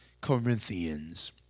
Corinthians